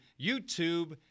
YouTube